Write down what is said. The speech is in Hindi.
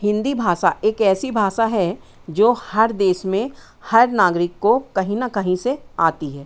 हिन्दी भाषा एक ऐसी भाषा है जो हर देश में हर नागरिक को कहीं न कहीं से आती है